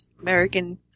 American